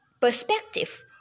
perspective